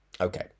Okay